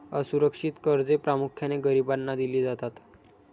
असुरक्षित कर्जे प्रामुख्याने गरिबांना दिली जातात